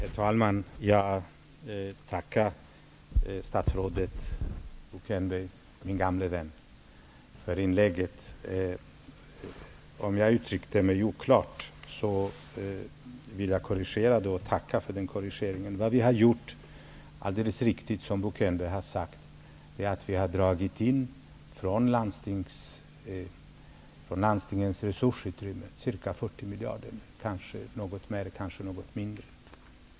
Herr talman! Jag tackar statsrådet Bo Könberg, min gamle vän, för inlägget. Om jag uttryckte mig oklart, så vill jag korrigera det och tacka för påpekandet. Vad vi har gjort -- alldeles riktigt som Bo Könberg har sagt -- är att vi har dragit in från landstingens resursutrymme 40 miljarder, kanske något mer, kanske något mindre.